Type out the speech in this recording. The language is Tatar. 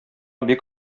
бик